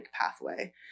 pathway